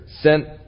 sent